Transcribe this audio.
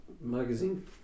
magazine